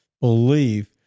believe